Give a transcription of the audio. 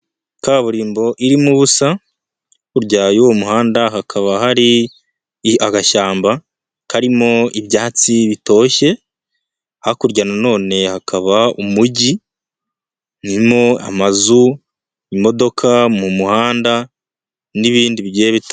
Kaburimbo irimo ubusa, hakurya y'uwo muhanda hakaba hari agashyamba karimo ibyatsi bitoshye, hakurya na none hakaba umujyi urimo amazu, imodoka mu muhanda n'ibindi bigiye bitandukanye.